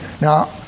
now